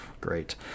Great